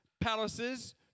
palaces